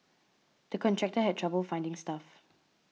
the contractor had trouble finding staff